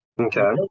Okay